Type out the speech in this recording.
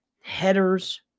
headers